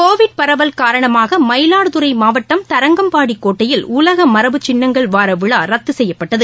Covid பரவல் காரணமாகமயிலாடுதுறைமாவட்டம் தரங்கம்பாடிகோட்டையில் உலகமரபு சின்னங்கள் வாரவிழாரத்துசெய்யப்பட்டது